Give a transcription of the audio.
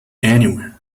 anywhere